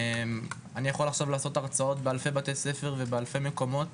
אני יכול עכשיו לתת הרצאות באלפי בתי ספר ובאלפי מקומות,